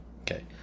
Okay